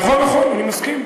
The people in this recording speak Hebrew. נכון, אני מסכים.